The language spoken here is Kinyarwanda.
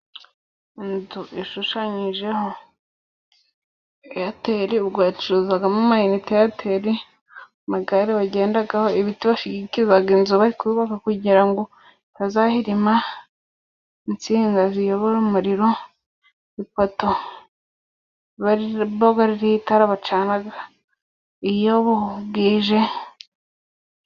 Inzu ishushanyijeho eyateli, ubwo yacururizwagamo amayinite ya eyateli. Amagare bagendaho ibiti, bashigikiza inzu bari kuyubaka kugira ngo bazahirima. Insinga ziyobora umuriro. Ipoto iba iriho itara bacana iyo bwije.